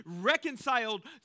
reconciled